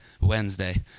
Wednesday